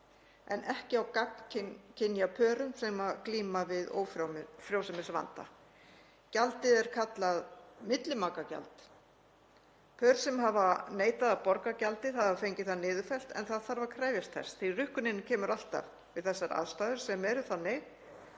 en ekki á gagnkynja pörum sem glíma við ófrjósemisvanda. Gjaldið er kallað millimakagjald. Pör sem hafa neitað að borga gjaldið hafa fengið það niðurfellt en það þarf að krefjast þess því að rukkunin kemur alltaf við þessar aðstæður sem eru þannig